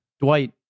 Dwight